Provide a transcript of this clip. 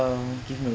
give me a moment